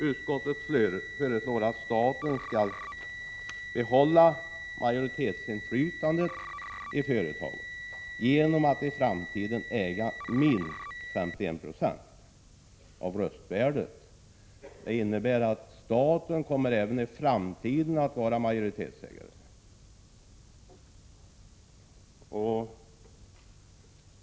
Utskottet föreslår att staten skall behålla majoritetsinflytandet i företaget genom att i framtiden äga minst 51 90 av röstvärdet. Det innebär att staten även i framtiden kommer att vara majoritetsägare.